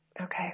Okay